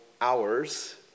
hours